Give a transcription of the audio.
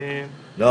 אני לא